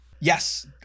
yes